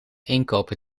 inkopen